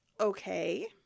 Okay